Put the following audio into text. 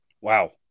wow